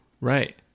Right